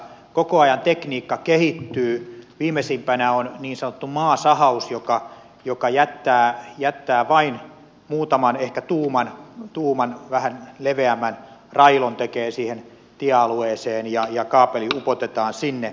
koko ajan tekniikka kehittyy viimeisimpänä on niin sanottu maasahaus joka jättää vain muutaman ehkä tuuman mittaisen vähän leveämmän railon siihen tiealueeseen ja kaapeli upotetaan sinne